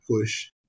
push